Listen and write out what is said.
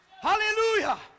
hallelujah